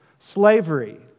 Slavery